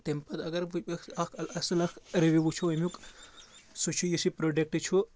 تمہِ پتہٕ اَصٕل اکھ رِوِو وٕچھو أمیُک سُہ چھُ یُس یہِ پروڈکٹہٕ چھُ